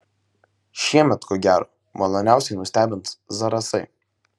šiemet ko gero maloniausiai nustebins zarasai